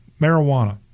marijuana